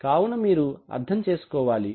కావున దానిని మీరు అర్థం చేసుకోవాలి